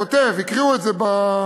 כותב, הקריאו את זה באירוע,